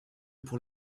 pour